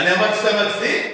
אני אמרתי שאתה מצדיק?